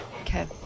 Okay